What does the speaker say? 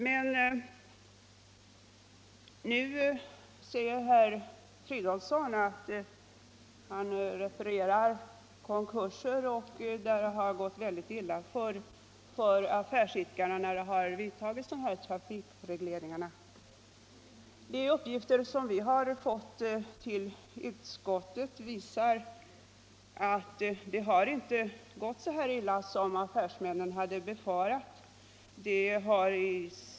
Herr Fridolfsson talade om att det har gått illa för affärsidkare när trafikregleringar har genomförts — många har fått göra konkurs, sade han. De uppgifter som vi har fått i utskottet visar emellertid att det inte har gått så illa som affärsmännen hade befarat.